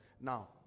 Now